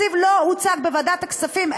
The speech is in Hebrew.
התקציב לא הוצג בוועדת הכספים,